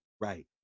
Right